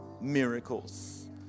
miracles